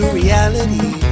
reality